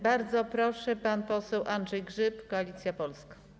Bardzo proszę, pan poseł Andrzej Grzyb, Koalicja Polska.